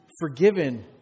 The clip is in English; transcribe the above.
forgiven